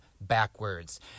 backwards